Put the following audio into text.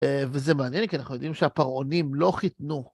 וזה מעניין, כי אנחנו יודעים שהפרעונים לא חיתנו.